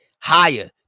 higher